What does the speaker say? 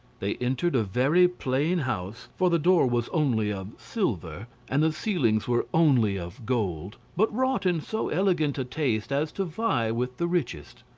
they entered a very plain house, for the door was only of silver, and the ceilings were only of gold, but wrought in so elegant a taste as to vie with the richest.